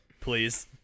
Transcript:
please